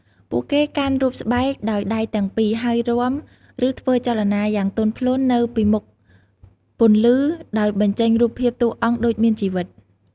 ពួកគេកាន់រូបស្បែកដោយដៃទាំងពីរ ហើយរាំ ឬធ្វើចលនាយ៉ាងទន់ភ្លន់នៅពីមុខពន្លឺដោយបញ្ចេញរូបភាពតួអង្គដូចមានជីវិត។